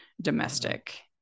domestic